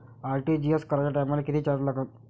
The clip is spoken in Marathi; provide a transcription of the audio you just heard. आर.टी.जी.एस कराच्या टायमाले किती चार्ज लागन?